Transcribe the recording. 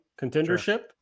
contendership